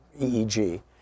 EEG